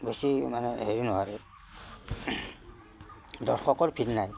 বেছি মানে হেৰি নোৱাৰে দৰ্শকৰ ভিৰ নাই